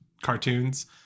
cartoons